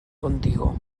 contigo